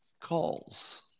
calls